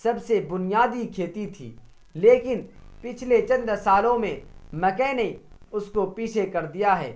سب سے بنیادی کھیتی تھی لیکن پچھلے چند سالوں میں مکئی نے اس کو پیچھے کر دیا ہے